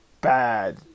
bad